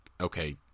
okay